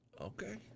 Okay